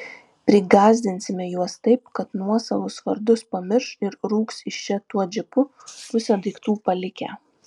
prigąsdinsime juos taip kad nuosavus vardus pamirš ir rūks iš čia tuo džipu pusę daiktų palikę